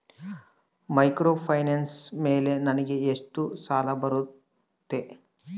Microfinance ಮೇಲೆ ನನಗೆ ಎಷ್ಟು ಸಾಲ ಬರುತ್ತೆ?